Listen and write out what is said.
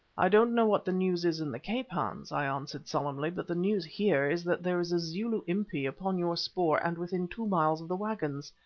i don't know what the news is in the cape, hans, i answered, solemnly but the news here is that there is a zulu impi upon your spoor and within two miles of the waggons.